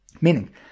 meaning